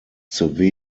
severe